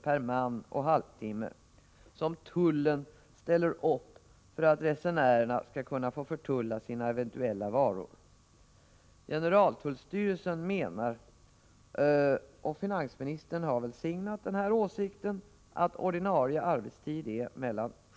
Generaltull 22 maj 1985 styrelsen menar, och finansministern har välsignat denna åsikt, att ordinarie arbetstid än mellan kl.